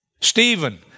Stephen